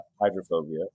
hydrophobia